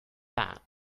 that